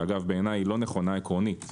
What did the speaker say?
שאגב בעיניי לא נכונה עקרונית-